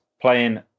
playing